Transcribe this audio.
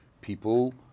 people